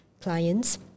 clients